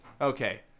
Okay